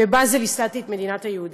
"בבאזל ייסדתי את מדינת היהודים".